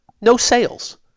no-sales